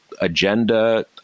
agenda